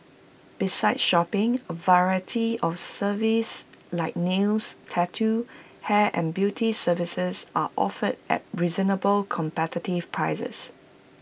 besides shopping A variety of services like nails tattoo hair and beauty services are offered at reasonable competitive prices